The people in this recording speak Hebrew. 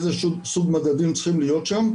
איזה סוג מדדים צריכים להיות שם,